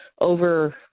over